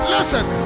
Listen